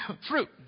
fruit